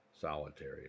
solitary